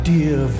Dear